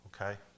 okay